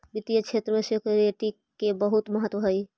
वित्तीय क्षेत्र में सिक्योरिटी के बहुत महत्व हई